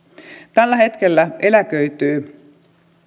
tällä hetkellä eläköityy